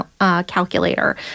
calculator